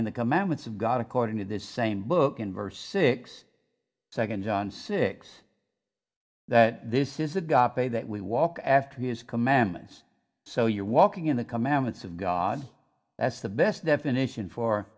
in the commandments of god according to this same book in verse six seconds on six that this is the gop way that we walk after his commandments so you're walking in the commandments of god that's the best definition for